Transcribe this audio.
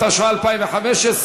התשע"ה 2015,